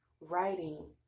writing